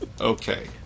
Okay